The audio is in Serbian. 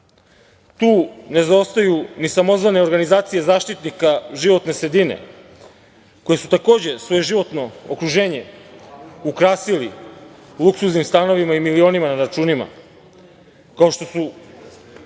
ne zaostaju ni samozvane organizacije zaštitnika životne sredine, koje su takođe svoje životno okruženje ukrasili luksuznim stanovima i milionima na računima, kao što su